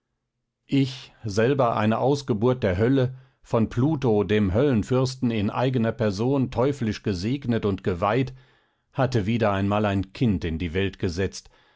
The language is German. ich selber eine ausgeburt der hölle von pluto dem höllenfürsten in eigener person teuflisch gesegnet und geweiht hatte wieder einmal ein kind in die welt gesetzt